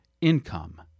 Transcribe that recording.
Income